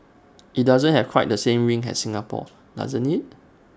IT doesn't have quite the same ring as Singapore does IT